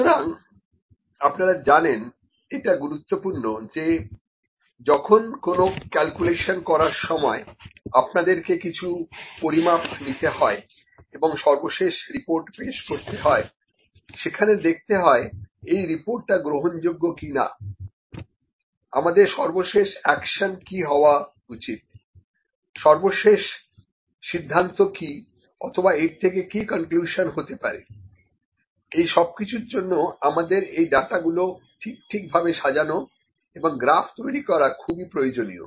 সুতরাং আপনারা জানেন এটা গুরুত্বপূর্ণ যে যখন কোনো ক্যালকুলেশন করার সময় আপনাদেরকে কিছু পরিমাপ নিতে হয় এবং সর্বশেষ রিপোর্ট পেশ করতে হয় সেখানে দেখতে হয় এই রিপোর্টটা গ্রহণযোগ্য কিনা আমাদের সর্বশেষ একশন কি হওয়া উচিত সর্বশেষ সিদ্ধান্ত কি অথবা এর থেকে কি কনক্লিউশন হাতে পারে এই সব কিছুর জন্য আমাদের এই ডাটা গুলো ঠিক ঠাক ভাবে সাজানো এবং গ্রাফ তৈরি করা খুবই প্রয়োজনীয়